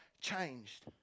changed